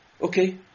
Okay